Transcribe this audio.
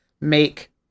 make